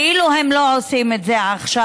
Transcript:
כאילו הם לא עושים את זה עכשיו,